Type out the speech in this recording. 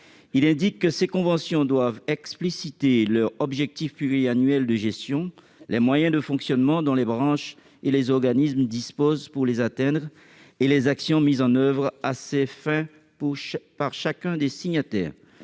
Il indique que ces conventions doivent expliciter les objectifs pluriannuels de gestion, les moyens de fonctionnement dont les branches et les organismes disposent pour les atteindre et les actions mises en oeuvre à ces fins par chacun des signataires.